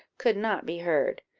could not be heard.